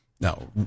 Now